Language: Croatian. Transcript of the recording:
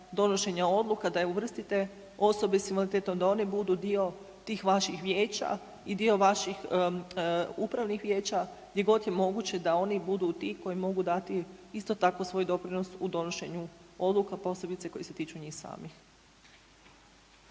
donošenja odluka da uvrstite osobe s invaliditetom da one budu dio tih vaših vijeća i dio vaših upravnih vijeća, gdje god je moguće da oni budu ti koji mogu dati isto tako svoj doprinos u donošenju odluka, posebice koje se tiču njih samih.